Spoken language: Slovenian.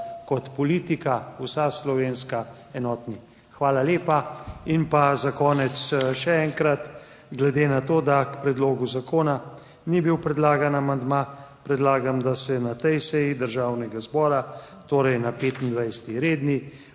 kot politika vsa slovenska enotni. Hvala lepa. In pa za konec še enkrat glede na to, da k predlogu zakona ni bil predlagan amandma, predlagam, da se na tej seji Državnega zbora, torej na 25. redni